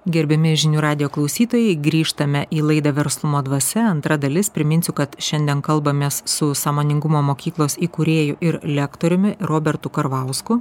gerbiami žinių radijo klausytojai grįžtame į laidą verslumo dvasia antra dalis priminsiu kad šiandien kalbamės su sąmoningumo mokyklos įkūrėju ir lektoriumi robertu karvausku